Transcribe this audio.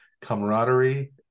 camaraderie